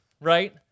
right